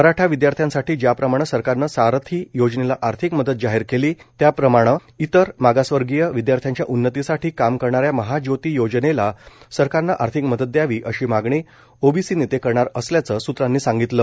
मराठा विद्यार्थ्यांसाठी ज्याप्रमाणे सरकारन सारथी योजनेला आर्थिक मदत जाहीर केली त्याचप्रमाणे इतर मागासवर्गीय विदयार्थ्यांच्या उन्नतीसाठी काम करणाऱ्या महाज्योती योजनेला सरकारन आर्थिक मदत दयावी अशी मागणी ओबीसी नेते करणार असल्याचं सूत्रांनी सांगितलं